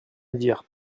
dire